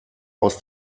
aus